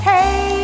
Hey